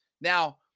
Now